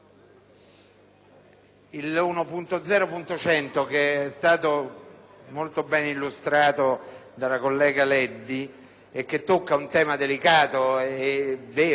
molto bene illustrato dalla collega Leddi, riguarda un tema molto delicato ed abbastanza rilevante. Ne chiedo la trasformazione in un ordine del giorno